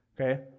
okay